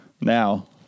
now